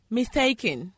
Mistaken